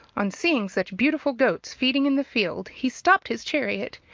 on seeing such beautiful goats feeding in the field, he stopped his chariot,